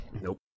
Nope